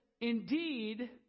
Indeed